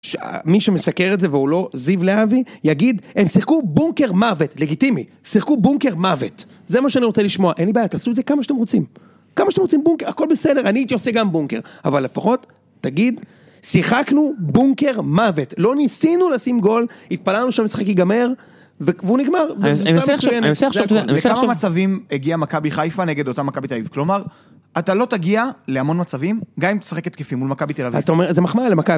מי שמסקר את זה והוא לא זיו להבי, יגיד, הם שיחקו בונקר מוות, לגיטימי, שיחקו בונקר מוות, זה מה שאני רוצה לשמוע, אין לי בעיה, תעשו את זה כמה שאתם רוצים, כמה שאתם רוצים בונקר, הכל בסדר, אני הייתי עושה גם בונקר, אבל לפחות, תגיד, שיחקנו בונקר מוות, לא ניסינו לשים גול, התפללנו שהמשחק ייגמר, והוא נגמר. לכמה מצבים הגיעה מכבי חיפה נגד אותה מכבי תל אביב? כלומר, אתה לא תגיע להמון מצבים, גם אם תשחק התקפי מול מכבי תל אביב.